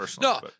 no